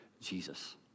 Jesus